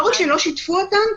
לא רק שלא שיתפו אותן,